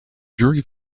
jury